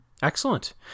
Excellent